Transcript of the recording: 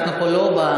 אנחנו פה לא,